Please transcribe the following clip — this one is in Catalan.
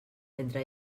mentre